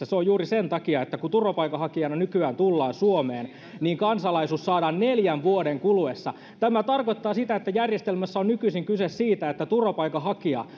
myös tässä turvapaikkakysymyksessä juuri sen takia että kun turvapaikanhakijana nykyään tullaan suomeen niin kansalaisuus saadaan neljän vuoden kuluessa tämä tarkoittaa sitä että järjestelmässä on nykyisin kyse siitä että turvapaikanhakija